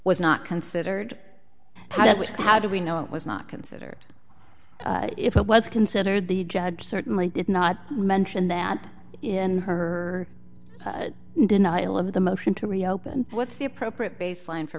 was not considered how do we know it was not considered if it was considered the judge certainly did not mention that in her or in denial of the motion to reopen what's the appropriate baseline for